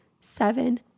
seven